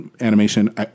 animation